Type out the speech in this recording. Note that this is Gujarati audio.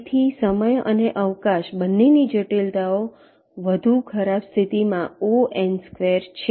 તેથી સમય અને અવકાશ બંનેની જટિલતાઓ વધુ ખરાબ સ્થિતિમાં Ο છે